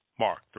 Mark